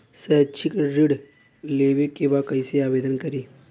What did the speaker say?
शैक्षिक ऋण लेवे के बा कईसे आवेदन करी?